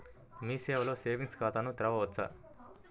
మీ సేవలో సేవింగ్స్ ఖాతాను తెరవవచ్చా?